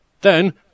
Then